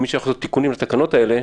מי שיכול לעשות תיקונים לתקנות האלה,